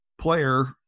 player